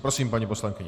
Prosím, paní poslankyně.